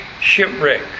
shipwreck